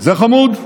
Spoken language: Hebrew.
זה חמוד.